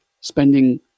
spending